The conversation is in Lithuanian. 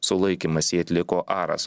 sulaikymas jį atliko aras